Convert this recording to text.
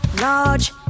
large